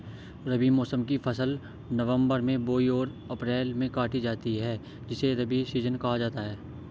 रबी मौसम की फसल नवंबर में बोई और अप्रैल में काटी जाती है जिसे रबी सीजन कहा जाता है